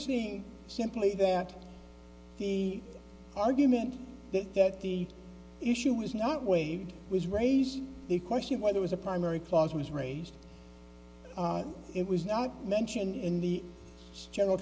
seeing simply that the argument that the issue was not waived was raise the question of why there was a primary clause was raised it was not mentioned in the general